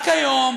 רק היום,